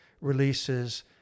releases